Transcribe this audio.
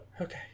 okay